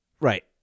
right